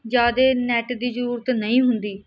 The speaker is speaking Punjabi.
ਜ਼ਿਆਦਾ ਨੈਟ ਦੀ ਜ਼ਰੂਰਤ ਨਹੀਂ ਹੁੰਦੀ